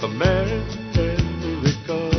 America